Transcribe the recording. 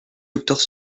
docteurs